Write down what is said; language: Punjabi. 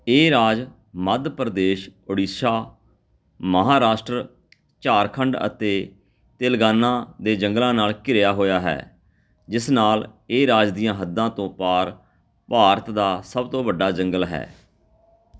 ਇਹ ਰਾਜ ਮੱਧ ਪ੍ਰਦੇਸ਼ ਓਡੀਸ਼ਾ ਮਹਾਰਾਸ਼ਟਰ ਝਾਰਖੰਡ ਅਤੇ ਤੇਲੰਗਾਨਾ ਦੇ ਜੰਗਲਾਂ ਨਾਲ ਘਿਰਿਆ ਹੋਇਆ ਹੈ ਜਿਸ ਨਾਲ ਇਹ ਰਾਜ ਦੀਆਂ ਹੱਦਾਂ ਤੋਂ ਪਾਰ ਭਾਰਤ ਦਾ ਸਭ ਤੋਂ ਵੱਡਾ ਜੰਗਲ ਹੈ